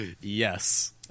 Yes